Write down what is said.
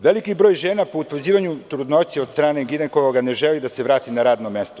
Veliki broj žena po utvrđivanju trudnoće od strane ginekologa ne želi da se vrati na radno mesto.